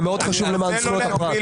זה מאוד חשוב למען זכויות הפרט.